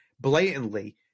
blatantly